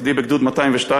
מפקדי בגדוד 202,